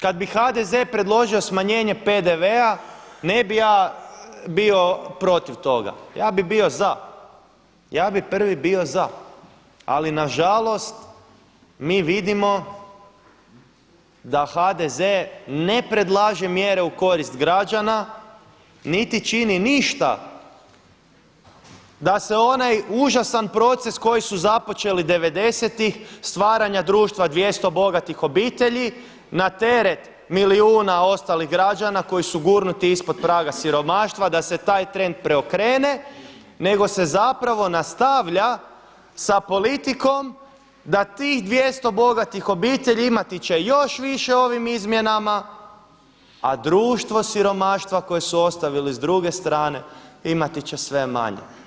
Kada bi HDZ predložio smanjenje PDV-a ne bih ja bio protiv toga, ja bih bio za, ja bih prvi bio za ali nažalost mi vidimo da HDZ ne predlaže mjere u korist građana niti čini ništa da se onaj užasan proces koji su započeli '90.-tih stvaranja društva 200 bogatih obitelji na teret milijuna ostalih građana koji su gurnuti ispod praga siromaštva da se taj trend preokrene nego se zapravo nastavlja sa politikom da tih 200 bogatih obitelji imati će još više ovim izmjenama a društvo siromaštva koje su ostavili s druge strane imati će sve manje.